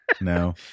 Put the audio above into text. no